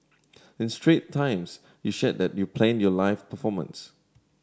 in Strait Times you shared that you planned your life performance